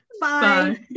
bye